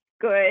good